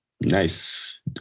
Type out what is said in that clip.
Nice